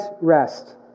rest